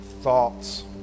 thoughts